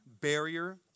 barrier